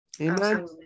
Amen